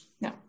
No